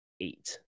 eight